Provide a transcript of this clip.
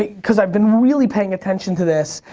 ah cause i've been really paying attention to this,